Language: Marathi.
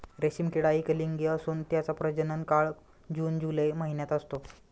रेशीम किडा एकलिंगी असून त्याचा प्रजनन काळ जून जुलै महिन्यात असतो